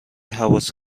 حواس